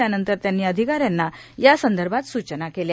त्यानंतर त्यांनी अधिकाऱ्यांना यासंदर्भात सूचना केल्या